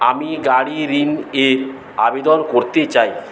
আমি গাড়ি ঋণের আবেদন করতে চাই